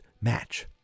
match